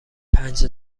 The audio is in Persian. پنج